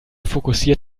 fokussiert